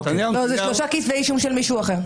לא, זה שלושה כתבי אישום של מישהו אחר.